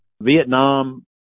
Vietnam